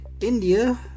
India